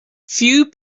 few